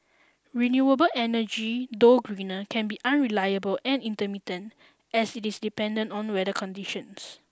renewable energy though greener can be unreliable and intermittent as it is dependent on weather conditions